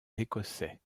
écossais